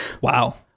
Wow